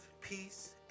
peace